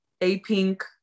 A-Pink